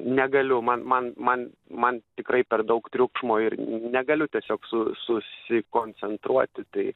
negaliu man man man man tikrai per daug triukšmo ir negaliu tiesiog su susikoncentruoti tai